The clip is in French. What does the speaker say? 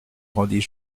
rendit